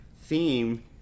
theme